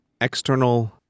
external